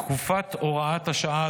תקופת הוראת השעה,